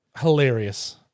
hilarious